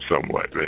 somewhat